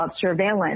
surveillance